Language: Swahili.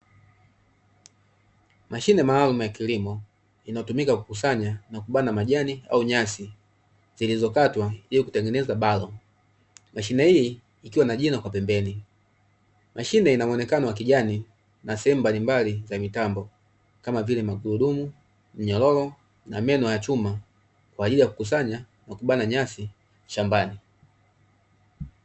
Mashine maalumu ya kilimo inayotumika kukusanya na kubana majani au nyasi, zilizokatwa ili kutengeneza balo; mashine hii ikiwa na jino kwa pembeni. Mashine inamwonekano wa kijani na sehemu mbalimbali za mitambo, kama vile: magurudumu, mnyororo na meno ya chuma; kwa ajili ya kukusanya na kubana nyasi shambani.